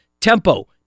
tempo